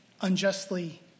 unjustly